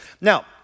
Now